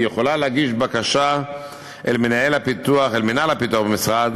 היא יכולה להגיש בקשה אל מינהל הפיתוח במשרד,